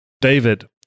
David